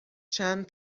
چند